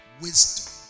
wisdom